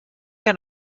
que